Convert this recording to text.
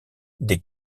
des